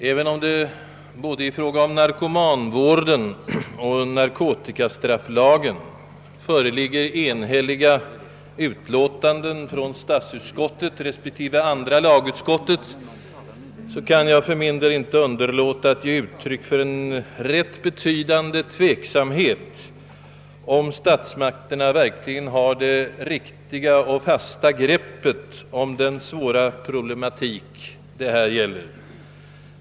Även om det i fråga om både narkomanvården och narkotikastrafflagen föreligger enhälliga utlåtanden från statsutskottet respektive andra lagutskottet, kan jag för min del inte underlåta att ge uttryck för tveksamhet om huruvida statsmakterna verk ligen har det riktiga och fasta greppet om den svåra problematik som det här gäller.